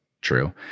true